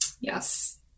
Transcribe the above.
Yes